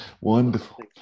Wonderful